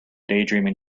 daydreaming